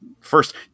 first